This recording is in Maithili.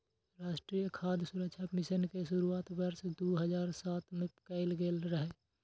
राष्ट्रीय खाद्य सुरक्षा मिशन के शुरुआत वर्ष दू हजार सात मे कैल गेल रहै